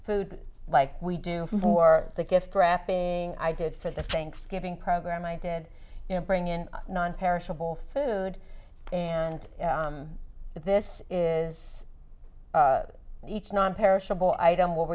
food like we do for the gift wrapping i did for the thanksgiving program i did you know bring in nonperishable food and this is each nonperishable item will